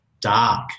dark